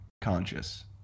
conscious